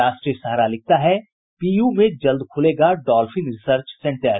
राष्ट्रीय सहारा लिखता है पीयू में जल्द खुलेगा डॉल्फिन रिसर्च सेंटर